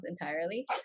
entirely